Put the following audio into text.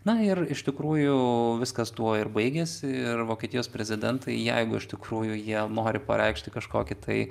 na ir iš tikrųjų viskas tuo ir baigėsi ir vokietijos prezidentai jeigu iš tikrųjų jie nori pareikšti kažkokį tai